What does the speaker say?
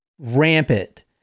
rampant